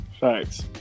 Thanks